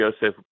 Joseph